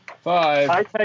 five